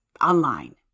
online